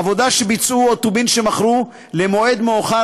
עבודה שביצעו או טובין שמכרו למועד מאוחר,